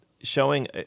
showing